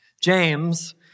James